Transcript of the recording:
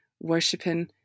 worshipping